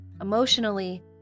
Emotionally